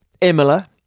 Imola